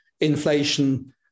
inflation